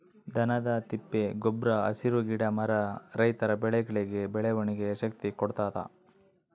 ದನದ ತಿಪ್ಪೆ ಗೊಬ್ರ ಹಸಿರು ಗಿಡ ಮರ ರೈತರ ಬೆಳೆಗಳಿಗೆ ಬೆಳವಣಿಗೆಯ ಶಕ್ತಿ ಕೊಡ್ತಾದ